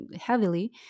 heavily